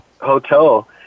hotel